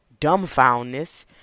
dumbfoundness